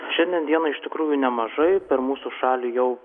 šiandien diena iš tikrųjų nemažai per mūsų šalį jau